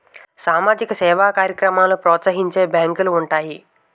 సామాజిక సేవా కార్యక్రమాలను ప్రోత్సహించే బ్యాంకులు ఉంటాయి